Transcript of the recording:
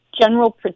General